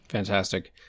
fantastic